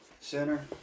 Center